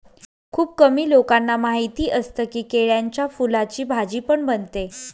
खुप कमी लोकांना माहिती असतं की, केळ्याच्या फुलाची भाजी पण बनते